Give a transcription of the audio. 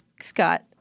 Scott